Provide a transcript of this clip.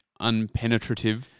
unpenetrative